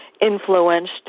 influenced